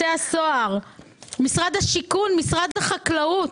בתי הסוהר, משרד השיכון, משרד החקלאות,